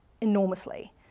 enormously